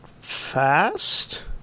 fast